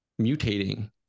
mutating